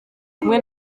kumwe